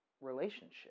relationship